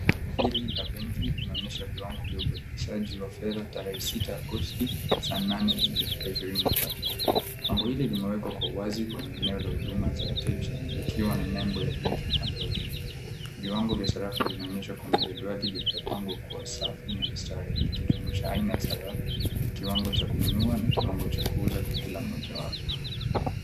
Bango hili la benki linaonyesha viwango vya ubadilishaji wa fedha tarehe sita Agosti saa nane na dakika ishirini na tatu. Bango hili limewekwa kwa uwazi kwenye eneo la huduma za wateja likiwa na nembo ya benki upande wa juu. Viwango vya sarafu vinaonyeshwa kwenye jedwali lilopangwa kwa safu na mistari likijuimisha aina ya sarafu, kiwango cha kununua na kiwango cha kuuza kwa kila mojawapo.